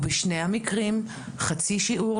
ובשני המקרים חצי שיעור,